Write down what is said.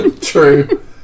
True